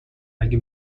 اگه